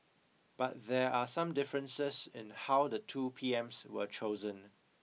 but there are some differences in how the two P M S were chosen